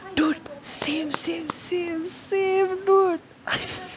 dude same same same same dude